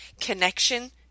connection